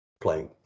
playing